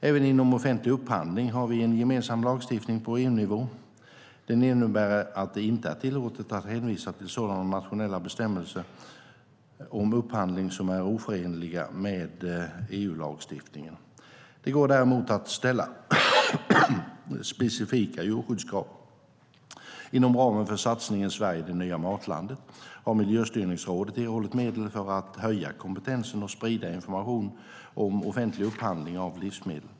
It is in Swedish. Även inom offentlig upphandling har vi en gemensam lagstiftning på EU-nivå. Den innebär att det inte är tillåtet att hänvisa till sådana nationella bestämmelser om upphandling som är oförenliga med EU-lagstiftningen. Det går däremot att ställa specifika djurskyddskrav. Inom ramen för satsningen "Sverige - det nya matlandet" har Miljöstyrningsrådet erhållit medel för att höja kompetensen och sprida information om offentlig upphandling av livsmedel.